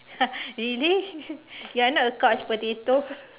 really you not a couch potato